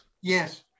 Yes